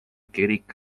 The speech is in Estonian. kirik